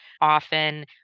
often